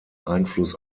einfluss